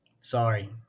sorry